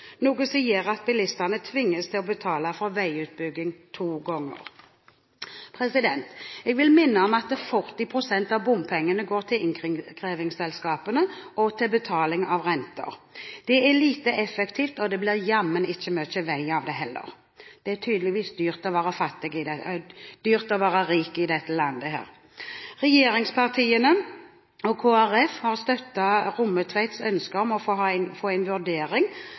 noe som gjør at bilistene tvinges til å betale for veiutbygging to ganger. Jeg vil minne om at 40 pst. av bompengene går til innkrevingsselskapene og til betaling av renter. Det er lite effektivt, og det blir jammen ikke mye vei av det heller. Det er tydeligvis dyrt å være rik i dette landet. Regjeringspartiene og Kristelig Folkeparti har støttet Rommetveits ønske om å få en vurdering av å forlenge E134 med en